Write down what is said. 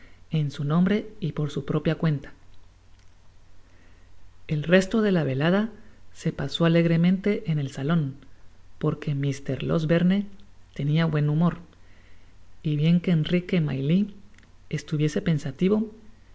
en su nombre y por su propia cuenta el resto de la velada se pasó alegramente en el salon porque mr losberne tenia buen liumor y bien que enrique maylio estuviese pensativo